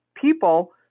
people